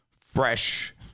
fresh